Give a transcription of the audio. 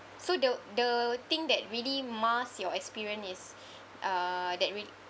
so the the thing that really mars your experience is uh that re~